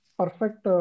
perfect